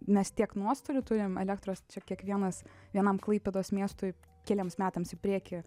mes tiek nuostolių turim elektros čia kiekvienas vienam klaipėdos miestui keliems metams į priekį